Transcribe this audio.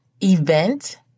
event